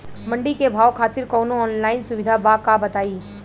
मंडी के भाव खातिर कवनो ऑनलाइन सुविधा बा का बताई?